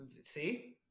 See